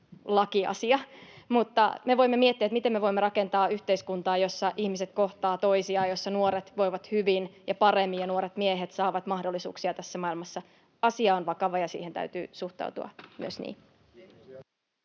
lakiasia, mutta me voimme miettiä, miten me voimme rakentaa yhteiskuntaa, jossa ihmiset kohtaavat toisiaan, jossa nuoret voivat hyvin ja paremmin ja nuoret miehet saavat mahdollisuuksia tässä maailmassa. Asia on vakava, ja siihen täytyy myös suhtautua niin.